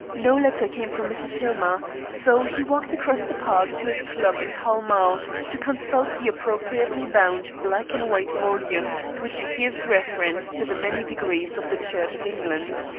no letter came from mrs. hillmer, so he walked across the park to his club in pall mall to consult the appropriately bound black and white volume which gives reference to the many degrees of the church of england.